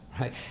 right